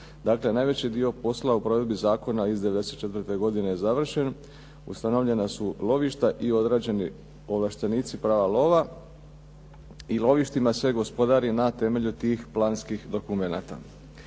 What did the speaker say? Dakle, najveći dio posla u provedbi zakona iz '94. godine je završen ustanovljena su lovišta i odrađeni ovlaštenici prava lova i lovištima se gospodari na temelju tih planskih dokumenata.